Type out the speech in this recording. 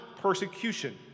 persecution